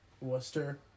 Worcester